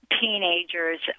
teenagers